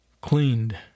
Cleaned